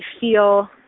feel